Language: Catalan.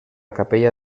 capella